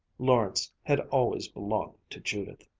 lawrence had always belonged to judith.